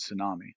tsunami